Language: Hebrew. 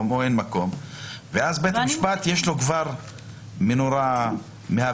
או אין מקום ואז לבית המשפט יש כבר נורה מהבהבת.